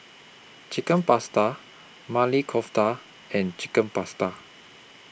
Chicken Pasta Mali Kofta and Chicken Pasta